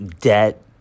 debt